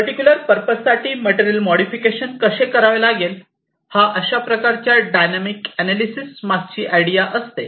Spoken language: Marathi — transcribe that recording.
पर्टिक्युलर परपज साठी मटेरियल मोडिफिकेशन कसे करावे लागेल हा अशा प्रकारच्या डायनॅमिक एनालिसिस मागची आयडिया असते